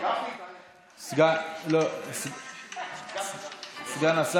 מכלוף מיקי